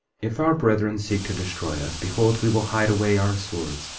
if our brethren seek to destroy us, behold, we will hide away our swords,